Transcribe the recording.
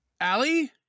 Allie